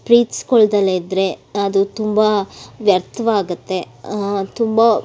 ಪ್ರೀತ್ಸ್ಕೊಳ್ದೇ ಇದ್ದರೆ ಅದು ತುಂಬ ವ್ಯರ್ಥವಾಗತ್ತೆ ತುಂಬ